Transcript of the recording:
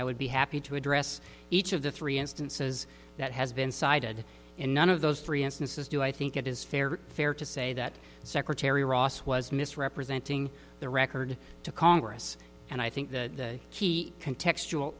i would be happy to address each of the three instances that has been cited in one of those three instances do i think it is fair fair to say that secretary ross was misrepresenting the record to congress and i think the key can textual